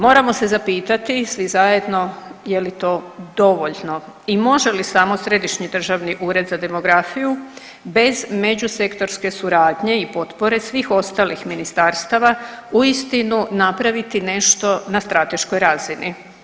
Moramo se zapitati svi zajedno je li to dovoljno i može li samo Središnji državni ured za demografiju bez međusektorske suradnje i potpore svih ostalih ministarstava uistinu napraviti nešto na strateškoj razini.